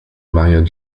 maria